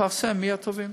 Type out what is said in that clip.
לפרסם מי הטובים.